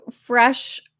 fresh